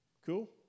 cool